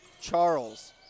Charles